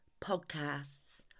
podcasts